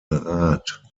rat